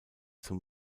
zum